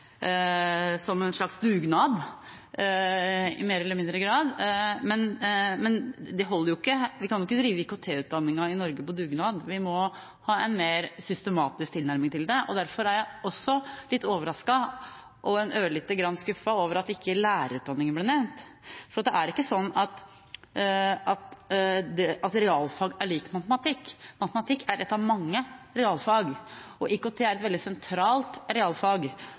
som en slags dugnad i mer eller mindre grad, men det holder jo ikke. Vi kan ikke drive IKT-utdanningen i Norge på dugnad. Vi må ha en mer systematisk tilnærming til det. Derfor er jeg også litt overrasket – og ørlite grann skuffet – over at ikke lærerutdanningen ble nevnt. Det er ikke sånn at realfag er lik matematikk. Matematikk er ett av mange realfag, og IKT er et veldig sentralt realfag.